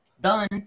done